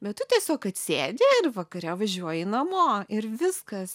bet tu tiesiog atsėdi ir vakare važiuoji namo ir viskas